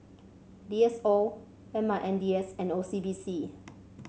D S O M I N D S and O C B C